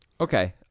Okay